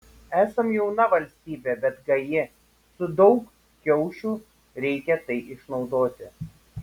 esam jauna valstybė bet gaji su daug kiaušų reikia tai išnaudoti